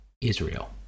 Israel